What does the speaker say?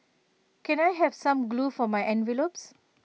can I have some glue for my envelopes